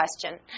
question